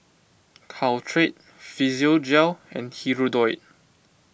Caltrate Physiogel and Hirudoid